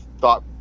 thought